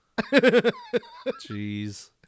Jeez